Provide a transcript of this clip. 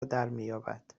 درمیابد